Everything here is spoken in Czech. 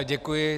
Děkuji.